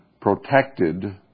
protected